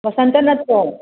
ꯕꯁꯟꯇꯥ ꯅꯠꯇ꯭ꯔꯣ